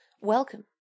Welcome